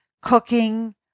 cooking